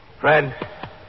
Fred